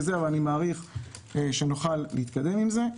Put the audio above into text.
אבל אני מעריך שנוכל להתקדם עם זה.